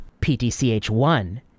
PTCH1